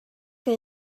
que